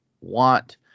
want